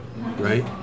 right